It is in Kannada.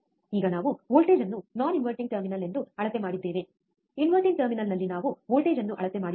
ಈಗ ನಾವು ವೋಲ್ಟೇಜ್ ಅನ್ನು ನಾನ್ ಇನ್ವರ್ಟಿಂಗ್ ಟರ್ಮಿನಲ್ ಎಂದು ಅಳತೆ ಮಾಡಿದ್ದೇವೆ ಇನ್ವರ್ಟಿಂಗ್ ಟರ್ಮಿನಲ್ನಲ್ಲಿ ನಾವು ವೋಲ್ಟೇಜ್ ಅನ್ನು ಅಳತೆ ಮಾಡಿದ್ದೇವೆ